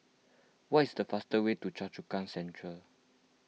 what is the fastest way to Choa Chu Kang Central